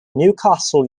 newcastle